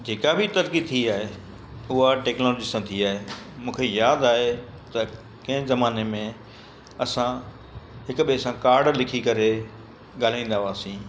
जेका बि तरक़ी थी आहे उहा टैक्नोलॉजी सां थी आहे मूंखे यादि आहे त कंहिं ज़माने में असां हिक ॿिए सां कार्ड लिखी करे ॻाल्हाईंदा हुआसीं